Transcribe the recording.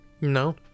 No